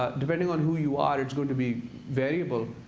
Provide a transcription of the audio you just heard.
ah depending on who you are it's going to be variable.